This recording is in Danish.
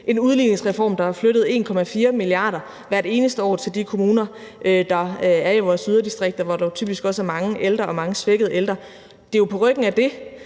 en udligningsreform har flyttet 1,4 mia. kr. hvert eneste år til de kommuner, der er i vores yderdistrikter, hvor der jo typisk også er mange ældre og mange svækkede ældre. Det er jo på ryggen af det,